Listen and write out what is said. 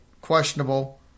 questionable